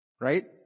Right